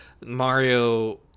mario